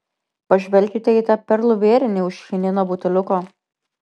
pažvelkite į tą perlų vėrinį už chinino buteliuko